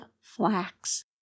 flax